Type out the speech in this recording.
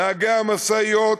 נהגי המשאיות,